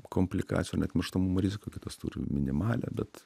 komplikacijų ar net mirštamumo riziką kitos turi minimalią bet